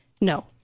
No